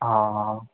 हा हा